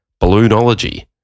balloonology